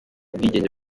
ubwigenge